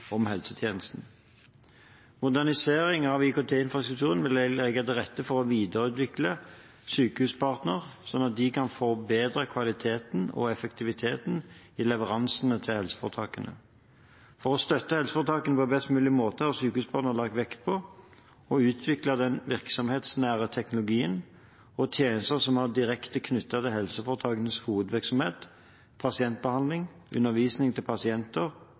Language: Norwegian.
helsetjenesten. Modernisering av IKT-infrastrukturen vil legge til rette for å videreutvikle Sykehuspartner slik at de kan forbedre kvaliteten og effektiviteten i leveransene til helseforetakene. For å støtte helseforetakene på best mulig måte har Sykehuspartner lagt vekt på å utvikle den virksomhetsnære teknologien og tjenester som er direkte knyttet til helseforetakenes hovedvirksomhet – pasientbehandling, undervisning til pasienter